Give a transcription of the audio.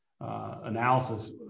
analysis